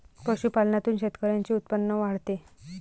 पशुपालनातून शेतकऱ्यांचे उत्पन्न वाढते